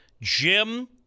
Jim